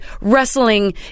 wrestling